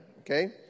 Okay